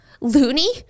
loony